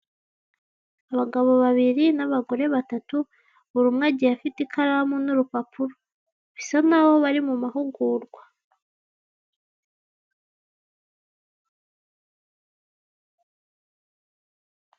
Abagabo babiri n'abagore batatu buri umwe agiye afite ikaramu n'urupapuro bisa naho bari mu mahugurwa.